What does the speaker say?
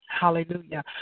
hallelujah